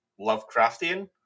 Lovecraftian